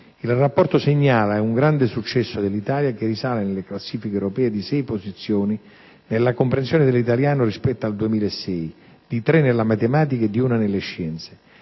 Il rapporto segnala un grande successo dell'Italia che risale nelle classifiche europee di sei posizioni nella comprensione dell'italiano rispetto al 2006, di tre nella matematica e di una nelle scienze.